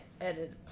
edit